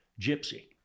Gypsy